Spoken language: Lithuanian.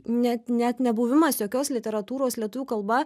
net net nebuvimas jokios literatūros lietuvių kalba